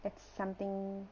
that's something